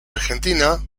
argentina